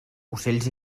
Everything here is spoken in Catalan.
ocells